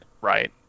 right